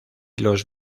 los